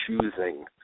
choosing